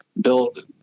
build